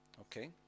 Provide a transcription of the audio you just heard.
Okay